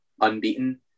unbeaten